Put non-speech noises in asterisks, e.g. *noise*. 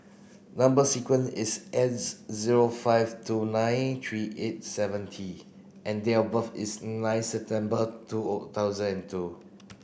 number sequence is S zero five two nine three eight seven T and date of birth is nine September two *unintelligible* thousand and two